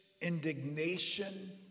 indignation